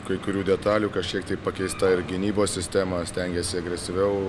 kai kurių detalių kad šiek tiek pakeista ir gynybos sistema stengiasi agresyviau